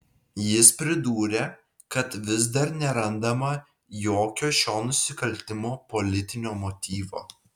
jis pridūrė kad vis dar nerandama jokio šio nusikaltimo politinio motyvo